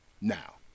Now